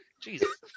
Jesus